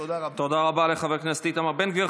תודה רבה לחבר הכנסת איתמר בן גביר.